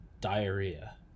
diarrhea